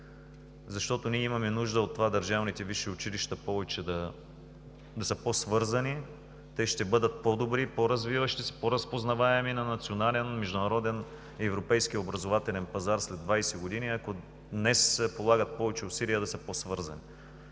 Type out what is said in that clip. в тях. Ние имаме нужда от това държавните висши училища да са по-свързани. Те ще бъдат по-добри и по-развиващи се, по-разпознаваеми на национален, международен, европейски образователен пазар след 20 години, ако днес полагат повече усилия да са по-свързани